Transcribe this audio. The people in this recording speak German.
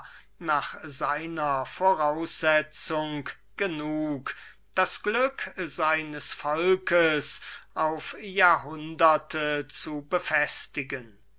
nach seiner voraussetzung vermögend das glück seines volkes auf ganze jahrhunderte zu befestigen